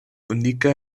unika